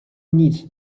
nic